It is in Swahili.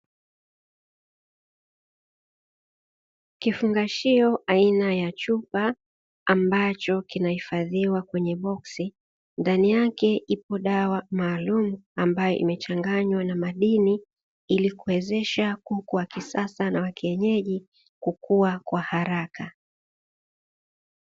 Kifungashio aina ya chupa ambacho kinahifadhiwa kwenye boksi ndani yake ipo dawa maalumu ambayo inachanganywa na madini, ili kuwezesha kuku wa kisasa na kienyeji kukua kwa haraka.